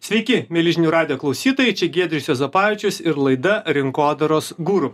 sveiki mieli žinių radijo klausytojai čia giedrius juozapavičius ir laida rinkodaros guru